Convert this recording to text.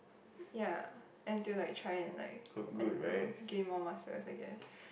ya and to like try and like I don't know gain more muscles I guess